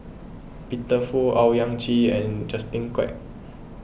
Peter Fu Owyang Chi and Justin Quek